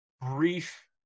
brief